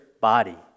body